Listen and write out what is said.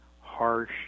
harsh